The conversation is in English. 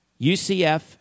UCF